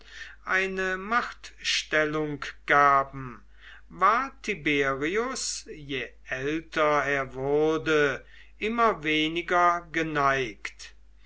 eine machtstellung gaben war tiberius je älter er wurde immer weniger geneigt